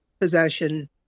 possession